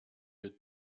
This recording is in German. wir